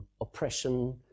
oppression